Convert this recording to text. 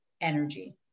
energy